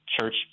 church